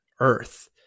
earth